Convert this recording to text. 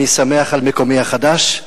אני שמח על מקומי החדש,